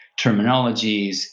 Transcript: terminologies